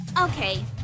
Okay